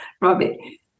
robbie